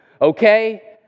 okay